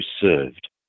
served